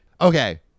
okay